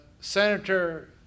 Senator